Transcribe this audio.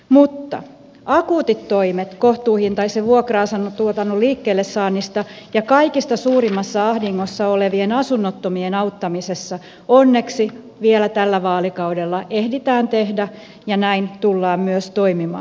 mutta akuutit toimet kohtuuhintaisen vuokra asuntotuotannon liikkeelle saannissa ja kaikista suurimmassa ahdingossa olevien asunnottomien auttamisessa onneksi vielä tällä vaalikaudella ehditään tehdä ja näin tullaan myös toimimaan